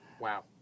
Wow